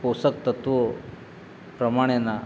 પોષક તત્વો પ્રમાણેના